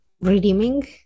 redeeming